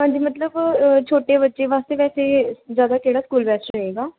ਹਾਂਜੀ ਮਤਲਬ ਛੋਟੇ ਬੱਚੇ ਵਾਸਤੇ ਵੈਸੇ ਜ਼ਿਆਦਾ ਕਿਹੜਾ ਸਕੂਲ ਬੈਸਟ ਰਹੇਗਾ